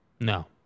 No